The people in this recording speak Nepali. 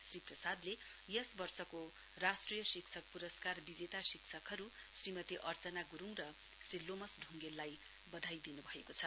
श्री प्रसादले यस वर्षको राष्ट्रिय शिक्षक पुरस्कार विजेता शिक्षकहरू श्रीमती अर्चना गुरूङ र श्री लोभस ढुङ्गेलालई बधाई दिनु भएको छ